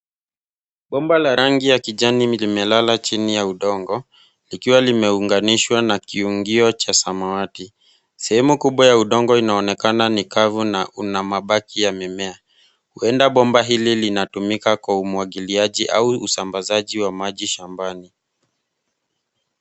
Bomba la rangi ya kijani limelala chini ya udongo, likiwa limeunganishwa na kiungio cha samawati. Sehemu kubwa ya udongo inaonekana ni kavu na una mabaki ya mimea. Huenda bomba hili linatumika kwa umwagiliaji au usambazaji wa maji shambani.